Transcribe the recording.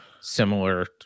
Similar